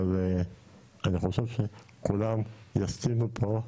אבל אני חושב שכולם יסכימו פה,